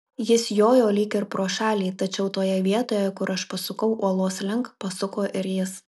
jis jojo lyg ir pro šalį tačiau toje vietoje kur aš pasukau uolos link pasuko ir jis